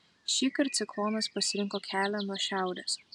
šįkart ciklonas pasirinko kelią nuo šiaurės